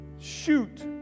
Shoot